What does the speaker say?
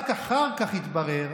רק אחר כך התברר,